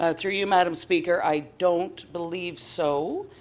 ah through you, madam speaker, i don't believe so.